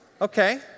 Okay